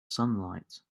sunlight